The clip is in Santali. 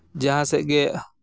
ᱡᱟᱦᱟᱸ ᱥᱮᱫ ᱜᱮ